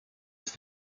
ist